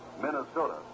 Minnesota